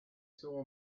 saw